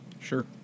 Sure